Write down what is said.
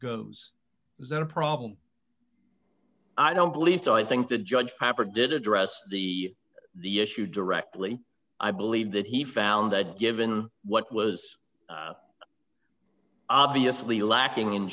goes is there a problem i don't believe so i think the judge papper did address the the issue directly i believe that he found that given what was obviously lacking in